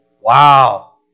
wow